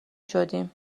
شدیم